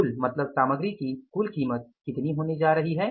कुल मतलब सामग्री की कुल कीमत कितनी होने जा रही है